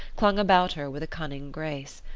clung about her with a cunning grace.